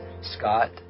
scott